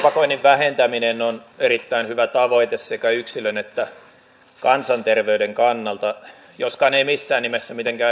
tupakoinnin vähentäminen on erittäin hyvä tavoite sekä yksilön että kansanterveyden kannalta joskaan ei missään nimessä mitenkään helppo toteuttaa